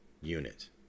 unit